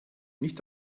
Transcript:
nicht